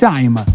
Time